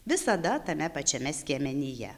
visada tame pačiame skiemenyje